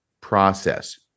process